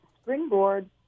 springboard